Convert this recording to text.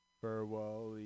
farewell